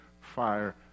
fire